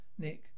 Nick